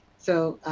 so,